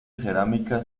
cerámica